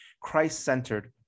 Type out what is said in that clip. Christ-centered